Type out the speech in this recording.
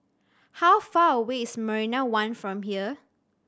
how far away is Marina One from here